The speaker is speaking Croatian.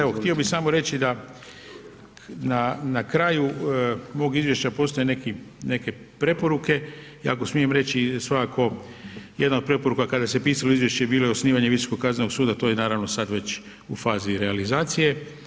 Evo, htio bi samo reći da, na kraju mog izvješća postoje neke preporuke i ako smijem reći svakako jedna od preporuka kada se pisalo izvješće bilo je osnivanje Visokog kaznenog suda, to je naravno sad već u fazi realizacije.